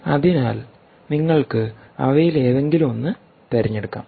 അതിനാൽ നിങ്ങൾക്ക് അവയിലേതെങ്കിലും ഒന്ന് തിരഞ്ഞെടുക്കാം